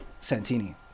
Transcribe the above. Santini